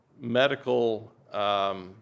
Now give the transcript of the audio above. medical